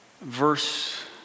Verse